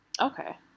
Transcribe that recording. Okay